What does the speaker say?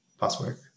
password